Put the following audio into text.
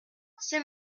c’est